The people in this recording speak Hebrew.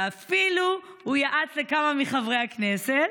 ואפילו הוא יעץ לכמה מחברי הכנסת,